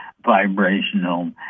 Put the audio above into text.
vibrational